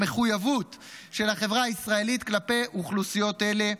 המחויבות של החברה הישראלית כלפי אוכלוסיות אלה,